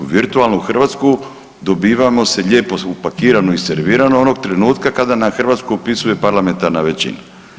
Virtualnu Hrvatsku dobivamo se lijepo upakiranu i serviranu onog trenutka kada nam Hrvatsku opisuje parlamentarna većina.